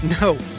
No